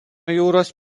jūros